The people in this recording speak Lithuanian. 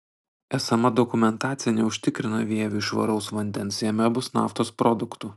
esama dokumentacija neužtikrina vieviui švaraus vandens jame bus naftos produktų